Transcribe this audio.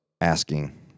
asking